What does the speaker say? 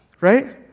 Right